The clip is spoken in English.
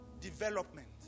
Development